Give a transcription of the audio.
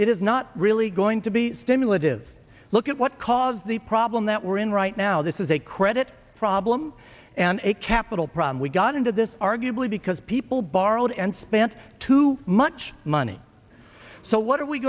it is not really going to be stimulative look at what caused the problem that we're in right now this is a credit problem and a capital problem we got into this arguably because people borrowed and spent too much money so what are we